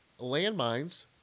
landmines